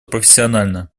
профессионально